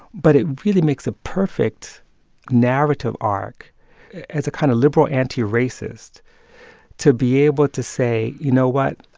but it really makes a perfect narrative arc as a kind of liberal anti-racist to be able to say, you know what?